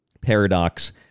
paradox